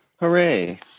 Hooray